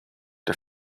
the